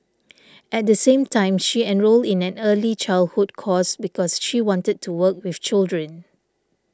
at the same time she enrolled in an early childhood course because she wanted to work with children